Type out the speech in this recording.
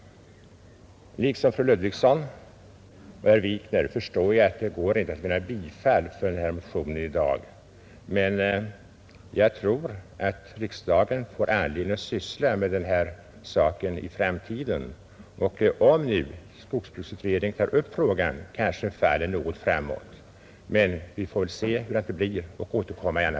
Liksom fru Ludvigsson och herr Wikner förstår jag att det inte går att vinna bifall till denna motion i dag, men jag tror att riksdagen får anledning att syssla med den här saken i framtiden. Och om nu skogsbruksutredningen tar upp frågan, kanske den kommer att falla något framåt. Vi får se hurudant det blir. I annat fall återkommer vi.